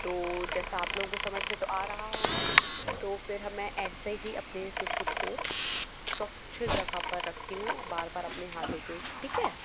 तो जैसा आप लोगों को समझ में तो आ रहा होगा तो फिर हमें ऐसे ही अपने शिशु को स्वच्छ जगह पर रखती हूँ बार बार अपने हाथ धुलती हूँ ठीक है